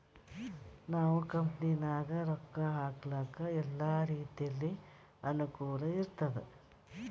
ನಾವ್ ಕಂಪನಿನಾಗ್ ರೊಕ್ಕಾ ಹಾಕ್ಲಕ್ ಎಲ್ಲಾ ರೀತಿಲೆ ಅನುಕೂಲ್ ಇರ್ತುದ್